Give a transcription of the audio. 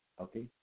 Okay